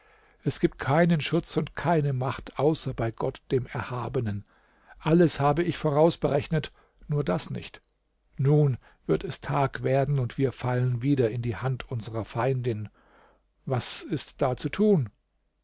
es gibt keinen schutz und keine macht außer bei gott dem erhabenen alles habe ich voraus berechnet nur das nicht nun wird es tag werden und wir fallen wieder in die hand unserer feindin was ist da zu tun